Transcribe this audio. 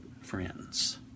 friends